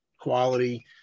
quality